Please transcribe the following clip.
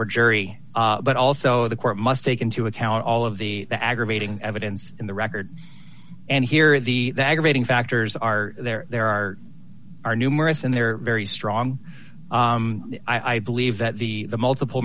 or jury but also the court must take into account all of the aggravating evidence in the record and here the aggravating factors are there there are are numerous and they're very strong i believe that the multiple